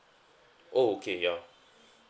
oh okay yeah